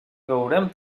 veurem